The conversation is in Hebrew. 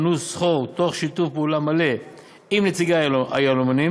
נוסחו תוך שיתוף פעולה מלא עם נציגי היהלומנים,